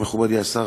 מכובדי השר,